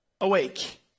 awake